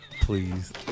please